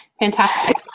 Fantastic